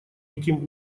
этим